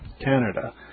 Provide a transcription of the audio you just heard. Canada